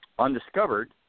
undiscovered